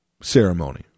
ceremony